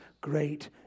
great